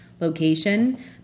location